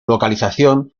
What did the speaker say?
localización